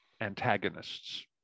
antagonists